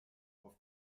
auf